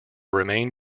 remain